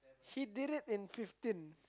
he did it in fifteen